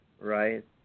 Right